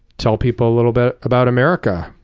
tell people a little bit about america.